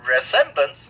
resemblance